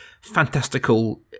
fantastical